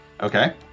Okay